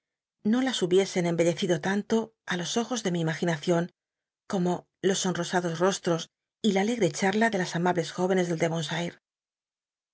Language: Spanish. no las hubiesen embellecido tanto i los ojos de mi imaginacion como los sonrosados rostros y la alegre cbal'in de las amables jóvenes del deyonshire